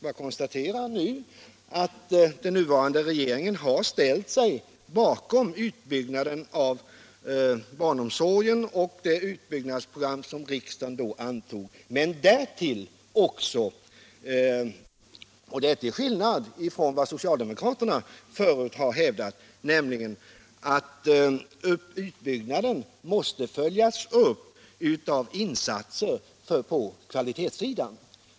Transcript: Jag konstaterar att den nuvarande regeringen har ställt sig bakom det program för utbyggnaden av barnomsorgen som riksdagen antog. Men dessutom har vi sagt — och det till skillnad från vad socialdemokraterna förut har hävdat — att utbyggnaden måste följas upp av insatser på kvalitetssidan.